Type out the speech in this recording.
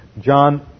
John